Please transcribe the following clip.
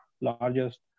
largest